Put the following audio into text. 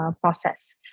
process